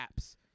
apps